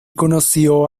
conoció